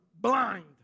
blind